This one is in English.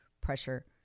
pressure